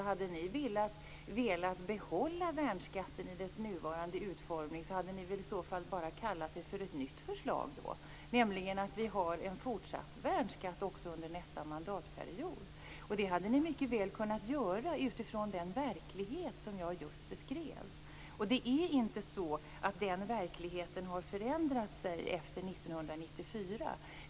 Hade ni alltså velat behålla värnskatten i dess nuvarande utformning, hade ni väl bara kallat förslaget om en fortsatt värnskatt under nästa mandatperiod ett nytt förslag. Ni hade också mycket väl kunnat behålla den utifrån den verklighet som jag just har beskrivit. Det är inte så att den verkligheten har förändrat sig efter 1994.